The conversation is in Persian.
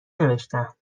نوشتم